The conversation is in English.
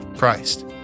Christ